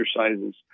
exercises